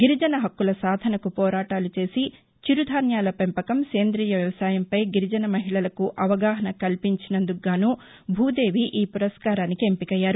గిరిజన హక్కుల సాధనకు పోరాటాలు చేసి చిరు ధాన్యాల పెంపకం సేంద్రీయ వ్యవసాయం పై గిరిజన మహిళలకు అవగాహస కల్పించినందుకు గాసూ భూదేవి ఈ పురస్కారానికి ఎంపికయ్యారు